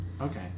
Okay